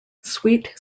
sweet